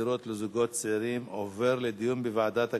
דירות לזוגות צעירים עובר לדיון בוועדת הכלכלה.